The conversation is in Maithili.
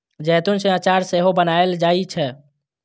जैतून सं अचार सेहो बनाएल जाइ छै